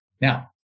Now